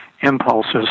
impulses